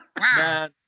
Wow